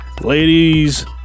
Ladies